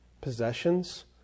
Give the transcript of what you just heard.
possessions